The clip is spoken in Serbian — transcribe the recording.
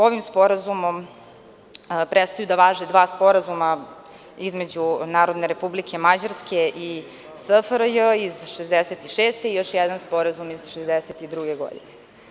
Ovim sporazumom prestaju da važe dva sporazuma između Narodne Republike Mađarske i SFRJ iz 1966. godine i još jedan sporazum iz 1962. godine.